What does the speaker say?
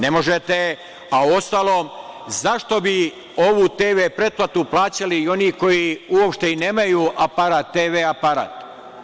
Ne možete… a u ostalom, zašto bi ovu TV pretplatu plaćali i oni koji uopšte i nemaju TV aparat?